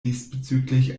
diesbezüglich